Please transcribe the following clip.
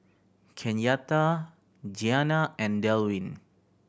Kenyatta Gianna and Delwin